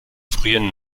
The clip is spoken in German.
frühen